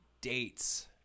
dates